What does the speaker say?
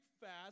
fast